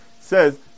says